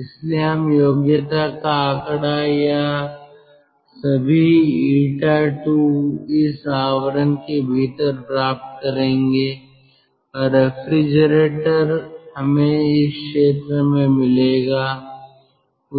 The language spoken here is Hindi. इसलिए हम योग्यता का आंकड़ा या सभी 𝜂II इस आवरण के भीतर प्राप्त करेंगे और रेफ्रिजरेटर हमें इस क्षेत्र में मिलेगा